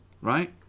right